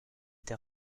été